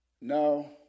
No